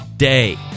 Day